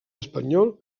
espanyol